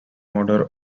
order